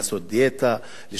לשמור על אוכל בריא,